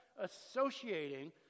associating